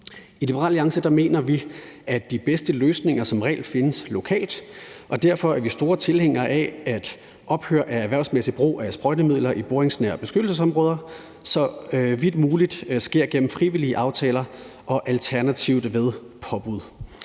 I Liberal Alliance mener vi, at de bedste løsninger som regel findes lokalt, og derfor er vi store tilhængere af, at ophør af erhvervsmæssig brug af sprøjtemidler i boringsnære beskyttelsesområder så vidt muligt sker gennem frivillige aftaler og alternativt ved påbud.